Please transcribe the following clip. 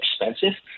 expensive